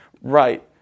Right